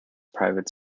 private